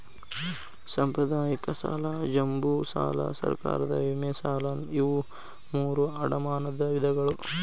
ಸಾಂಪ್ರದಾಯಿಕ ಸಾಲ ಜಂಬೂ ಸಾಲಾ ಸರ್ಕಾರದ ವಿಮೆ ಸಾಲಾ ಇವು ಮೂರೂ ಅಡಮಾನದ ವಿಧಗಳು